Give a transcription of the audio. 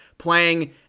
Playing